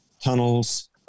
tunnels